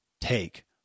take